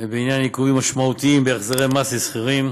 בעניין עיכובים משמעותיים בהחזרי מס לשכירים,